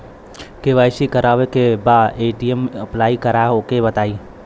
KYC करावे के बा ए.टी.एम अप्लाई करा ओके बताई?